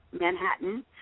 Manhattan